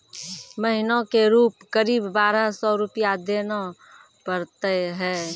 महीना के रूप क़रीब बारह सौ रु देना पड़ता है?